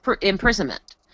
imprisonment